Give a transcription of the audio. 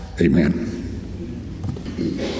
Amen